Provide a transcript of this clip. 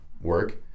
work